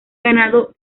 ganado